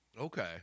Okay